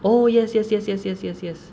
oh yes yes yes yes yes yes yes